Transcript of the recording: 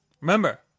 Remember